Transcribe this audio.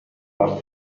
but